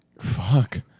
Fuck